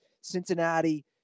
Cincinnati